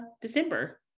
December